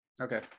okay